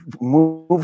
Move